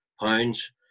pounds